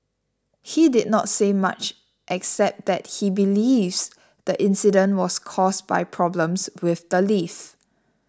he did not say much except that he believes the incident was caused by problems with the lift